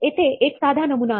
इथे एक साधा नमुना आहे